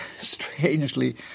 Strangely